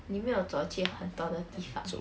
你没有走去很多的地方